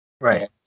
right